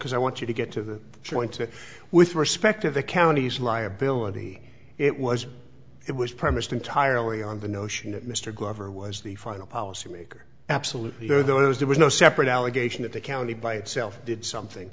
because i want you to get to the joint to with respect of the counties liability it was it was premised entirely on the notion that mr glover was the final policymaker absolutely there was there was no separate allegation that the county by itself did something